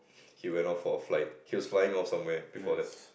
he went off for a flight he was flying off somewhere before that